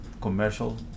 commercial